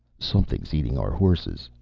something's eating our horses,